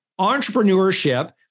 Entrepreneurship